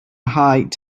height